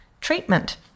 treatment